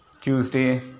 Tuesday